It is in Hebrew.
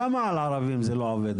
למה על ערבים זה לא עובד?